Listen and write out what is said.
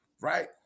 right